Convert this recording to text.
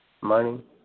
Money